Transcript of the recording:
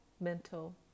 mental